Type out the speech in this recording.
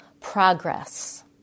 progress